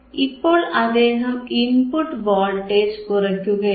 ഇപ്പോൾ അദ്ദേഹം input voltage കുറയ്ക്കുകയാണ്